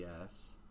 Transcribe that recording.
yes